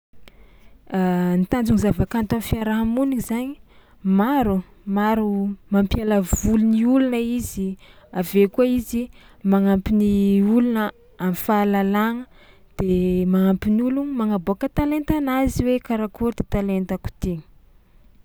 Ny tanjon'ny zavakanto am'fiarahamony zainy maro maro mampiala voly ny ologna izy avy eo koa izy magnampy ny ologna am'fahalalagna de manampy ny ologni magnaboàka talentanazy hoe karakôry ty talentako ty.